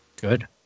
Good